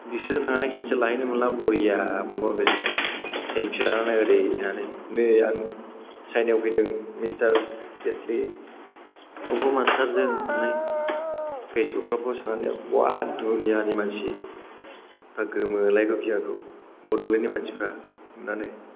बिसोरजों थांना हेन्दसेक लाहैनो मोनबा बरिया मोनगौ आं बिसोरखौ सेलफि लानानै ओरै थानानै नै आं चाइनायाव फैदों मिस्टार जेटलि खुंफु मास्टारजों होन्नानै फेसबुकफ्राव फस्ट होनानै बा दुनियानि मानसि बा गोमोलाय नुयो आंखौ बड'लेण्डनि मानसिफोरा नुनानै